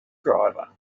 driver